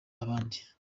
abandi